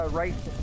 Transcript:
right